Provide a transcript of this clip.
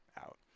out